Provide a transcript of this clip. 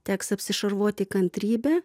teks apsišarvuoti kantrybe